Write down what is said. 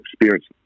experiences